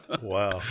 Wow